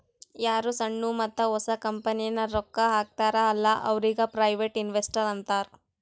ಯಾರು ಸಣ್ಣು ಮತ್ತ ಹೊಸ ಕಂಪನಿಗ್ ರೊಕ್ಕಾ ಹಾಕ್ತಾರ ಅಲ್ಲಾ ಅವ್ರಿಗ ಪ್ರೈವೇಟ್ ಇನ್ವೆಸ್ಟರ್ ಅಂತಾರ್